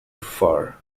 fur